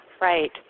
right